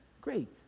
Great